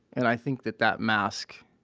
and i think that that mask